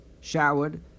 showered